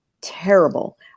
terrible